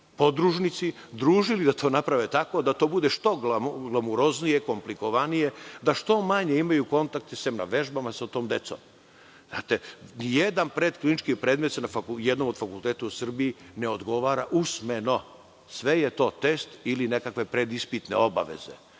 podružnici družili da to naprave tako, da to bude što glamuroznije, komplikovanije, da što manje imaju kontakte, sem na vežbama, sa tom decom. Nijedan pretklinički predmet se ni na jednom od fakulteta u Srbiji ne odgovara usmeno. Sve je to test ili nekakve predispitne obaveze.